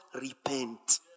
repent